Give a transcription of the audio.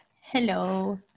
Hello